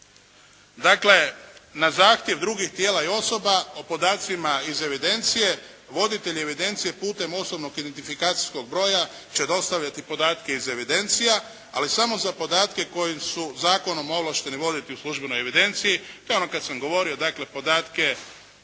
Dakle, na zahtjev drugih tijela i osoba o podacima iz evidencije, voditelj evidencije putem osobnog identifikacijskog broja će dostavljati podatke iz evidencija ali samo za podatke koji su zakonom ovlašteni voditi u službenoj evidenciji. To je ono kad sam govorio dakle podatke,